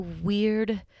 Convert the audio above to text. weird